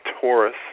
Taurus